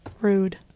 Rude